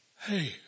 hey